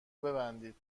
ببندید